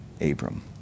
Abram